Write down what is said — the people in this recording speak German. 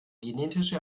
genetische